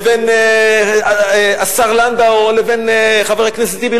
לבין השר לנדאו או לבין חבר הכנסת טיבי,